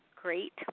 great